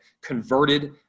converted